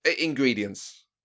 Ingredients